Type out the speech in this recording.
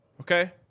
Okay